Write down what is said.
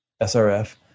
SRF